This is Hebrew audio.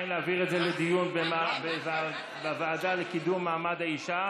אם להעביר את זה לדיון בוועדה לקידום מעמד האישה